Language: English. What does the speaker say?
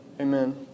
Amen